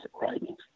writing